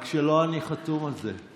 רק שלא אני חתום על זה.